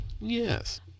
Yes